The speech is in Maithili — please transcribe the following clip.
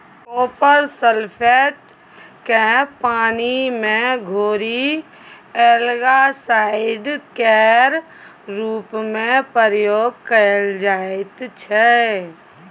कॉपर सल्फेट केँ पानि मे घोरि एल्गासाइड केर रुप मे प्रयोग कएल जाइत छै